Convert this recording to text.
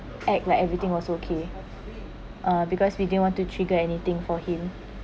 act like everything was okay uh because we didn't want to trigger anything for him